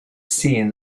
seen